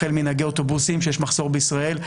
החל מנהגי אוטובוסים שיש מחסור בישראל,